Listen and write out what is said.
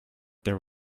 there